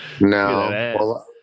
No